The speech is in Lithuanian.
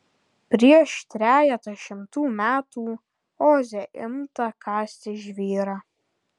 prieš trejetą šimtų metų oze imta kasti žvyrą